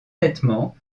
nettement